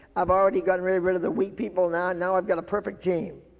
i've already gotten rid, rid of the weak people, now, now i've got a perfect team.